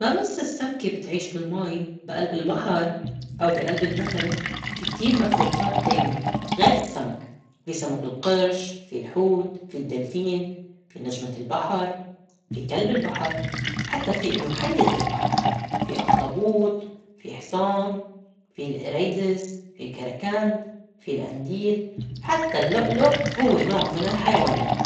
ما بس السّمكة بتعيش بالمي بي ألب البحر أو بي ألب النّهر في كتير مخلوقات تانية غير السّمك في سمك القرش، في الحوت، في الدِّلفين، في نجمة البحر، في كلب البحر، حتّى في إنّو حيّة البحر، في أخطبوط، في حصان، في القريدس، في كركند، في القنديل، حتّى اللّؤلؤ هوّ نوع من الحيوانات